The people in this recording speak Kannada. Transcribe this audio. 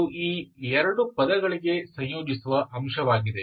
ಅದು ಈ 2 ಪದಗಳಿಗೆ ಸಂಯೋಜಿಸುವ ಅಂಶವಾಗಿದೆ